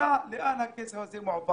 השאלה היא לאן הכסף הזה מועבר.